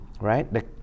right